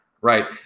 right